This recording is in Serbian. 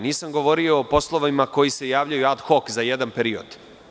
Nisam govorio o poslovima koji se javljaju ad hok za jedan period.